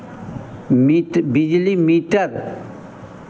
metre बिजली metre